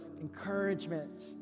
encouragement